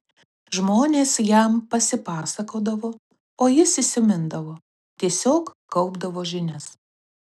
žmonės jam pasipasakodavo o jis įsimindavo tiesiog kaupdavo žinias